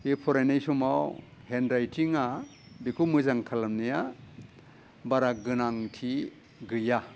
बे फरायनाय समाव हेन्ड राइथिंआ बेखौ मोजां खालामनायआ बारा गोनांथि गैया